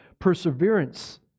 Perseverance